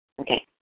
Okay